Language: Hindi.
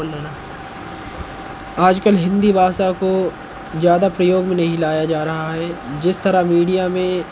आजकल हिंदी भाषा को ज़्यादा प्रयोग में नहीं लाया जा रहा है जिस तरह मीडिआ में